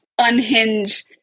unhinge